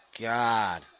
God